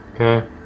Okay